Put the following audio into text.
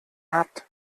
habt